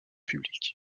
public